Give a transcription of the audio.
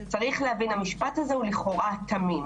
צריך להבין: המשפט הזה הוא לכאורה תמים,